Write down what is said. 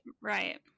Right